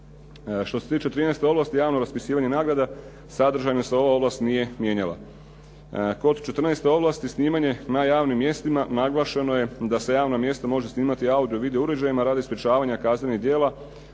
Što se tiče 13. ovlasti, javno raspisivanje nagrada, sadržajno se ova ovlast nije mijenjala. Kod 14. ovlasti, snimanje na javnim mjestima, naglašeno je da se javna mjesta mogu snimati audio i video uređajima radi sprječavanja kaznenih djela